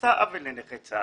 היא עשתה עוול לנכי צה"ל.